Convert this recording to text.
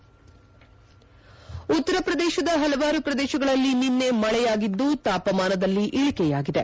head ಉತ್ತರ ಪ್ರದೇಶದ ಪಲವಾರು ಪ್ರದೇಶಗಳಲ್ಲಿ ನಿನ್ನೆ ಮಳೆಯಾಗಿದ್ದು ತಾಪಮಾನದಲ್ಲಿ ಇಳಿಕೆಯಾಗಿದೆ